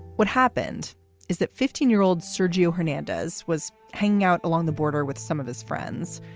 what happened is that fifteen year old sergio hernandez was hanging out along the border with some of his friends.